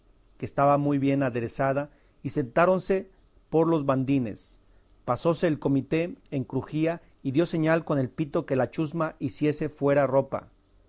que estaba muy bien aderezada y sentáronse por los bandines pasóse el cómitre en crujía y dio señal con el pito que la chusma hiciese fuera ropa